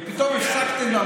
ופתאום הפסקתם,